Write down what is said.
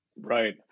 Right